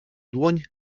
dłoń